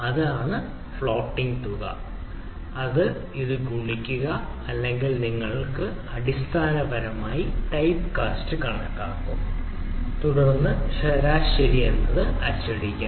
അത് ഫ്ലോട്ടിങ് തുക അതെ ഇത് ഗുണിക്കുക അല്ലെങ്കിൽ നിങ്ങൾക്ക് അടിസ്ഥാനപരമായി ടൈപ്പ്കാസ്റ്റും കണക്കാക്കാം തുടർന്ന് ശരാശരി അച്ചടിക്കാം